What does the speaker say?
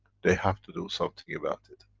they have to do something about it.